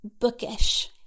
bookish